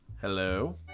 hello